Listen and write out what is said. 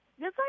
Yes